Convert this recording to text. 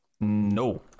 No